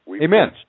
Amen